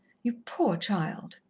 you poor child!